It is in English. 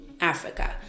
Africa